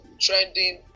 trending